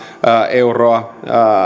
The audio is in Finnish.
euroa